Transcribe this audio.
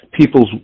people's